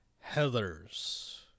Heather's